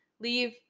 Leave